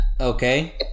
Okay